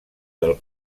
del